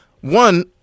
one